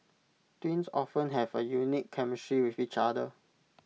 twins often have A unique chemistry with each other